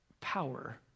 power